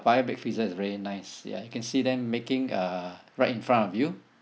fire baked pizza is very nice ya you can see them making uh right in front of you